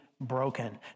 broken